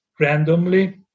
randomly